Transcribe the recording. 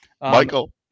Michael